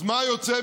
אז מה יוצא?